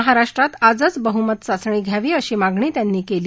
महाराष्ट्रात आजच बहुमत चाचणी घ्यावी अशी मागणी त्यांनी केली